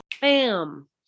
Bam